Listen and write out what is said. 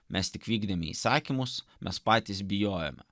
mes tik vykdome įsakymus mes patys bijojome